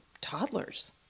toddlers